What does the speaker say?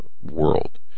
world